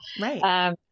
right